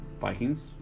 Vikings